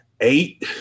eight